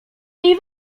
niej